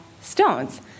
stones